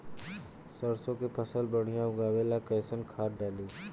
सरसों के फसल बढ़िया उगावे ला कैसन खाद डाली?